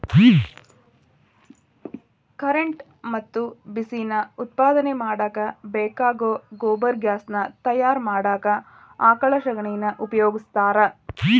current ಮತ್ತ ಬಿಸಿ ನಾ ಉತ್ಪಾದನೆ ಮಾಡಾಕ ಬೇಕಾಗೋ ಗೊಬರ್ಗ್ಯಾಸ್ ನಾ ತಯಾರ ಮಾಡಾಕ ಆಕಳ ಶಗಣಿನಾ ಉಪಯೋಗಸ್ತಾರ